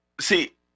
See